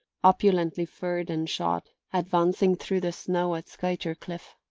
opulently furred and shod, advancing through the snow at skuytercliff.